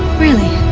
really.